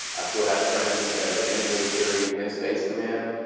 i still have friends that are in the military in space command.